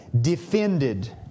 Defended